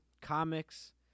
Comics